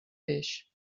peix